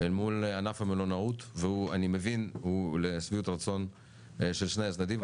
מול ענף המלונאות ואני מבין שהוא לשביעות רצון של שני הצדדים.